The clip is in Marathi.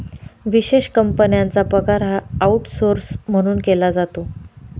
विशेष कंपन्यांचा पगार हा आऊटसौर्स म्हणून केला जातो